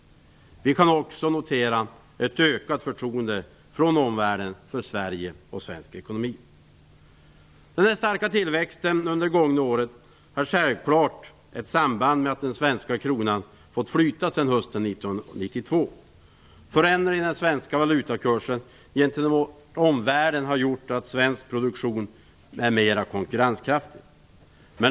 Vi kan också notera ett ökat förtroende från omvärlden för Sverige och svensk ekonomi. Den starka tillväxten under det gångna året har självklart ett samband med att den svenska kronan har fått flyta sedan hösten 1992. Förändringarna i den svenska valutakursen gentemot omvärlden har gjort svensk produktion mera konkurrenskraftig.